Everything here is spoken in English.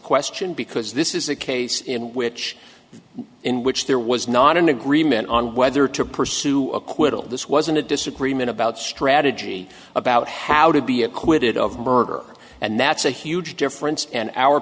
question because this is a case in which in which there was not an agreement on whether to pursue acquittal this wasn't a disagreement about strategy about how to be acquitted of murder and that's a huge difference and our